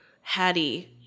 Hattie